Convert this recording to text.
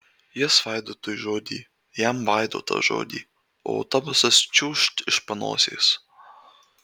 jis vaidotui žodį jam vaidotas žodį o autobusas čiūžt iš panosės